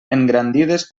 engrandides